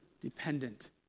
dependent